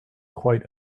quite